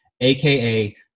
AKA